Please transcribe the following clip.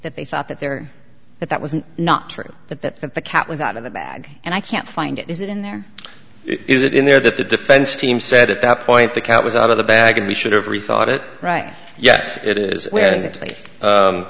that they thought that there that that wasn't not true that that that the cat was out of the bag and i can't find it is it in there is it in there that the defense team said at that point the cat was out of the bag and we should have rethought it right yes it is where i